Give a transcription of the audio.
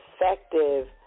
effective